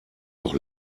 doch